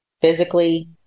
physically